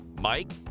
Mike